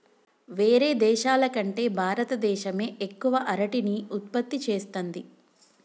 వేరే దేశాల కంటే భారత దేశమే ఎక్కువ అరటిని ఉత్పత్తి చేస్తంది